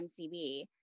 MCB